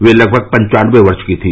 वह लगभग पन्चानबे वर्ष की थी